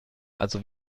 also